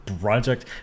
Project